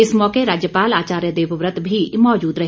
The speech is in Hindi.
इस मौके राज्यपाल आचार्य देवव्रत भी मौजूद रहे